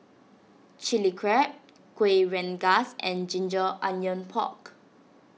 Chili Crab Kueh Rengas and Ginger Onions Pork